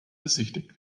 besichtigt